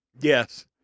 Yes